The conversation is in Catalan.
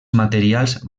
materials